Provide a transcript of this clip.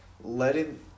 letting